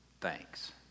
thanks